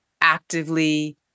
actively